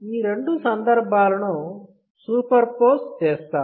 ఈ రెండు సందర్భాలను సూపర్ పోజ్ చేస్తాను